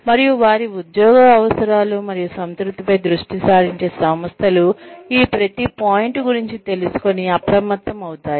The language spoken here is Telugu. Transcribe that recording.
మరియు వారి ఉద్యోగుల అవసరాలు మరియు సంతృప్తిపై దృష్టి సారించే సంస్థలు ఈ ప్రతి పాయింట్ గురించి తెలుసుకొని అప్రమత్తమవుతాయి